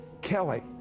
Kelly